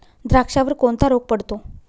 द्राक्षावर कोणता रोग पडतो?